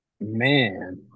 Man